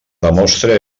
demostra